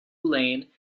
lane